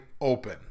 open